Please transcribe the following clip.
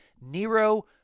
Nero